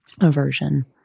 aversion